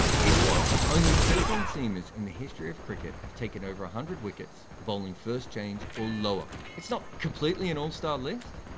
here's why. only thirteen seamers in the history of cricket have taken over one hundred wickets bowling first change or lower. it's not completely an all-star list,